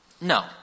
No